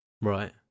Right